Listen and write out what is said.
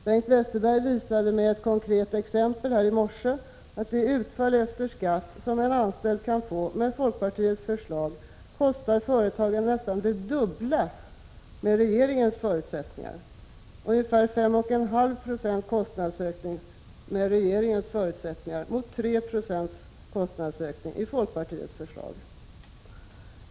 Bengt Westerberg visade med ett konkret exempel i morse att det utfall efter skatt som en anställd kan få med folkpartiets förslag kostar företagen nästan det dubbla med regeringens förutsättningar: ca 5,5 Jo lönekostnadsökning mot ca 3 90 i folkpartiets förslag.